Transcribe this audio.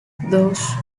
dos